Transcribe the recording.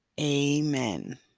amen